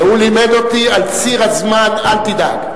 והוא לימד אותי: על ציר הזמן אל תדאג.